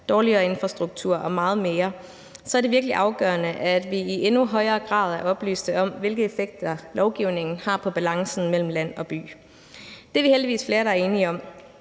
dårligere infrastruktur og meget mere, er det virkelig afgørende, at vi i endnu højere grad er oplyste om, hvilke effekter lovgivningen har på balancen mellem land og by. Det er vi heldigvis flere der er enige om,